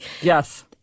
Yes